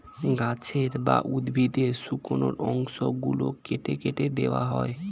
গাছের বা উদ্ভিদের শুকনো অংশ গুলো কেটে ফেটে দেওয়া হয়